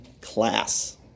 class